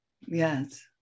yes